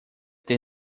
ter